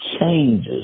changes